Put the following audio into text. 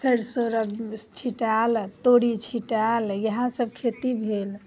सरसो रऽ छिटायल तोरी छिटायल इएह सभ खेती भेल